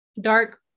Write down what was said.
Dark